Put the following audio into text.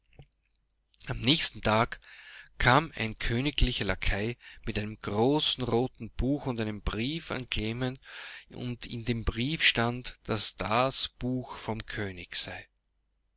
am nächsten tag kam ein königlicher lakai mit einem großen roten buch und einem brief an klement und in dem briefe stand daß das buch vom königsei von